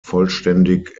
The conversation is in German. vollständig